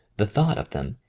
the thought of them,